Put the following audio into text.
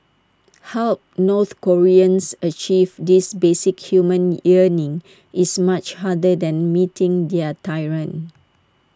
help north Koreans achieve this basic human yearning is much harder than meeting their tyrant